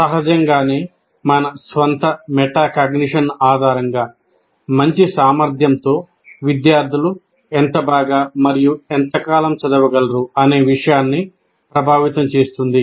సహజంగానే మన స్వంత మెటాకాగ్నిషన్ ఆధారంగా మంచి సామర్థ్యంతో విద్యార్థులు ఎంత బాగా మరియు ఎంతకాలం చదవగలరు అనే విషయాన్ని ప్రభావితం చేస్తుంది